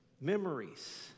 memories